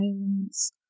violence